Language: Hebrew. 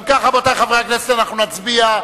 אם כך, רבותי חברי הכנסת, אנחנו נצביע.